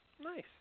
Nice